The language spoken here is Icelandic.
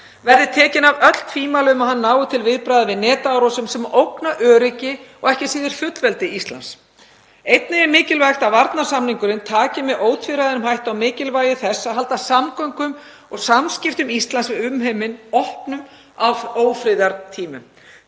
verði tekin af öll tvímæli um að hann nái til viðbragða við netárásum sem ógna öryggi og ekki síður fullveldi Íslands. Einnig er mikilvægt að varnarsamningurinn taki með ótvíræðum hætti á mikilvægi þess að halda samgöngum og samskiptum Íslands við umheiminn opnum á ófriðartímum.